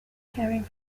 caring